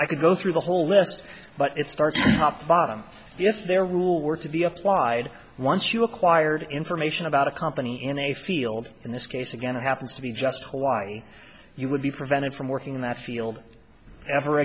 i could go through the whole list but it's starting up bottom if their rule were to be applied once you acquired information about a company in a field in this case again it happens to be just hawaii you would be prevented from working in that field ever